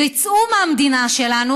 יצאו מהמדינה שלנו,